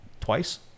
twice